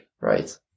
right